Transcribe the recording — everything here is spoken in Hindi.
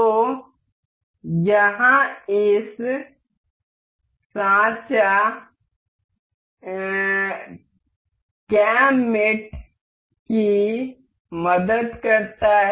तो यहाँ इस सांचा दोस्त की मदद करता है